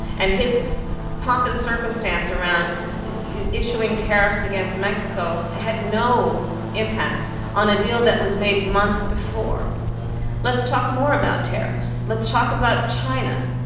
and his pomp and circumstance around issuing tariffs against mexico had no impact on a deal that was made months before let's talk more about tariffs. let's talk about china